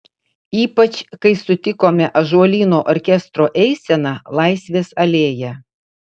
ypač kai sutikome ąžuolyno orkestro eiseną laisvės alėja